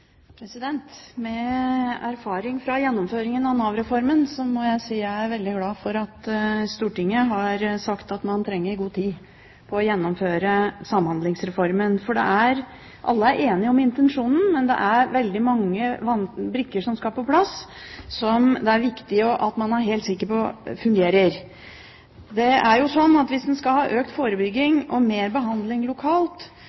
Med erfaring fra gjennomføringen av Nav-reformen må jeg si at jeg er veldig glad for at Stortinget har sagt at man trenger god tid på å gjennomføre Samhandlingsreformen. For alle er enige om intensjonen, men det er veldig mange brikker som skal på plass, og som det er viktig at man er helt sikker på fungerer. Hvis en skal ha økt forebygging og mer behandling lokalt, må det skje samtidig som de som skal ha